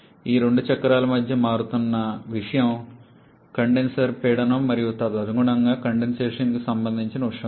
ఈ రెండు చక్రాల మధ్య మారుతున్న విషయం కండెన్సర్ పీడనం మరియు తదనుగుణంగా కండెన్సేషన్ కి సంబంధించిన ఉష్ణోగ్రత